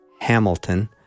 Hamilton